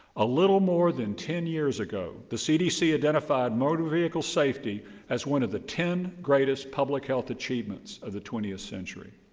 a little more than ten years ago, the cdc identified motor vehicle safety as one of the ten greatest public health achievements of the twentieth century.